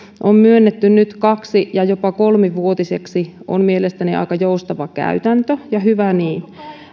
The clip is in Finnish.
on myönnetty nyt kaksi ja jopa kolmevuotisiksi on mielestäni aika joustava käytäntö ja hyvä niin